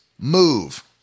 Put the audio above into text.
move